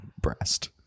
breast